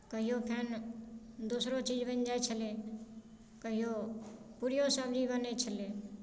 कहिओ खन दोसरो चीज बनि जाइ छलै कहिओ पूरियो सब्जी बनै छलै